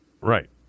Right